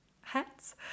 hats